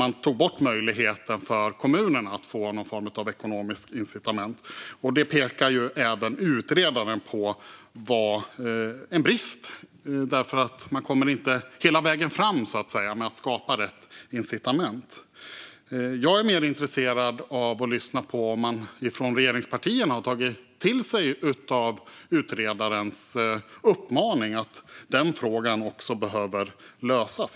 Man tog då bort möjligheten för kommunerna att få någon form av ekonomiskt incitament. Även utredaren pekade på att detta var en brist, för man kommer inte hela vägen fram med att skapa rätt incitament. Jag är mer intresserad av att lyssna på om man från regeringspartierna har tagit till sig utredarens uppmaning att också den frågan behöver lösas.